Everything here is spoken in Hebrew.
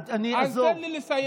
אז תן לי לסיים,